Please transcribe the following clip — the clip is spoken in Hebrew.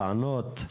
לענות.